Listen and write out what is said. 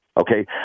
okay